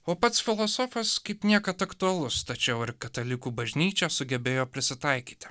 o pats filosofas kaip niekad aktualus tačiau ir katalikų bažnyčia sugebėjo prisitaikyti